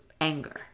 anger